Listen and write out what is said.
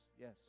yes